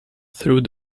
through